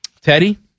Teddy